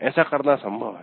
ऐसा करना संभव है